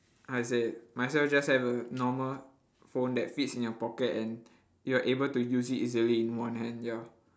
how to say might as well just have a normal phone that fits in your pocket and you're able to use it easily in one hand ya